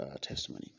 testimony